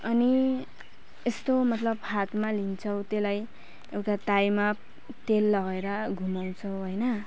अनि यस्तो मतलब हातमा लिन्छौँ त्यसलाई एउटा ताईमा तेल लगाएर घुमाउँछौँ होइन